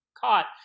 caught